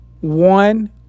one